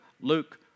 Luke